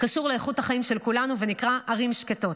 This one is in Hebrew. קשור לאיכות החיים של כולנו והוא נקרא "ערים שקטות".